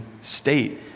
state